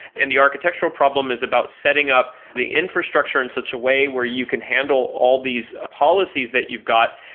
and the architectural problem is about setting up the infrastructure in such a way where you can handle all these policies that you've got.